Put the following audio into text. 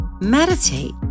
Meditate